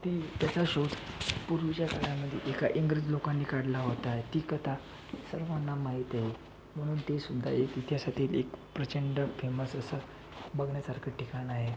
ती त्याचा शोध पूर्वीच्या काळामध्ये एका इंग्रज लोकांनी काढला होता ती कथा सर्वांना माहिती आहे म्हणून ते सुद्धा एक इतिहासातील एक प्रचंड फेमस असं बघण्यासारखं ठिकाण आहे